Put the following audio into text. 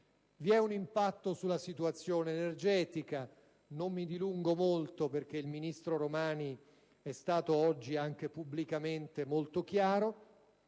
Vi è un impatto sulla situazione energetica. Non mi dilungo molto perché il ministro Romani è stato oggi anche pubblicamente molto chiaro: